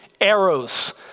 arrows